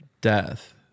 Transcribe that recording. death